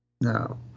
No